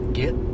get